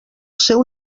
seu